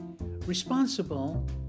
Responsible